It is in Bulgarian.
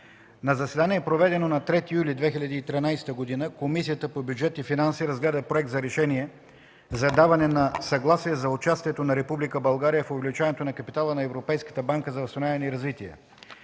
На заседание, проведено на 3 юли 2013 г., Комисията по бюджет и финанси разгледа проект за Решение за даване на съгласие за участието на Република България в увеличаването на капитала на Европейската банка за възстановяване и развитие.